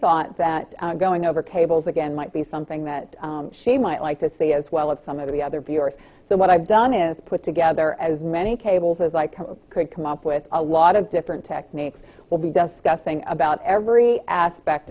thought that going over cables again might be something that she might like to say as well as some of the other viewers so what i've done is put together as many cables as i can could come up with a lot of different techniques will be dusk us think about every aspect